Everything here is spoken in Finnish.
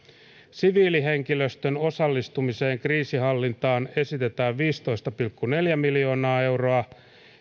siviilihenkilöstön osallistumiseen kriisinhallintaan esitetään viittätoista pilkku neljää miljoonaa euroa